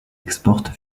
exporte